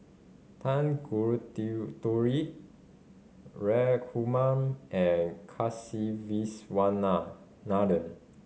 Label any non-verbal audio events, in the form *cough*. *unintelligible* Raghuram and *unintelligible*